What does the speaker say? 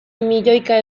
milioika